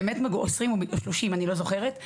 אני לא זוכרת.